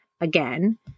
again